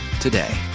today